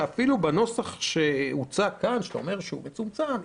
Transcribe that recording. שאפילו בנוסח שהוצע כאן שאתה אומר שהוא מצומצם,